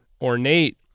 ornate